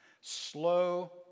Slow